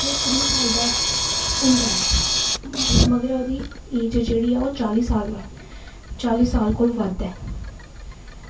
ते त्रीह् साल दा होंदा ऐ मगर ओह्दी एज़ जेह्ड़ी ऐ ओह् चाली साल ऐ चाली साल कोला बद्ध ऐ